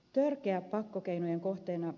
tärkeä pakkokeinojen kohteena